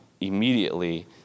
immediately